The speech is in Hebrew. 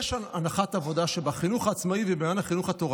יש אמרה ידועה שחצי אמת גרועה